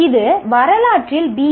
இது வரலாற்றில் பி